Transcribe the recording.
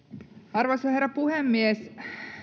arvoisa herra puhemies